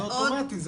זה אוטומטי.